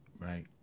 Right